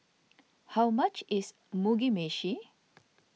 how much is Mugi Meshi